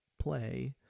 play